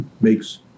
makes